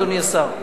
אדוני השר?